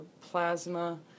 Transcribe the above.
plasma